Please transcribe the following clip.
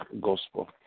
gospel